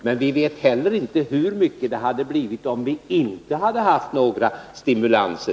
Men vi vet inte heller hur mycket som hade investerats om vi inte hade haft några stimulanser.